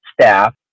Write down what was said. staff